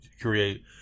create